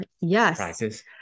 yes